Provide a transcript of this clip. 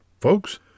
Folks